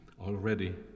already